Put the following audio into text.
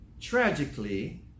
Tragically